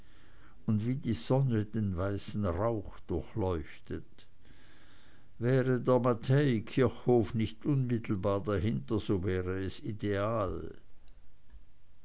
und wie die sonne den weißen rauch durchleuchtet wäre der matthäikirchhof nicht unmittelbar dahinter so wäre es ideal